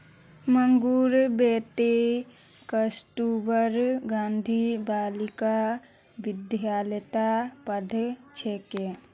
मंगूर बेटी कस्तूरबा गांधी बालिका विद्यालयत पढ़ छेक